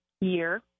year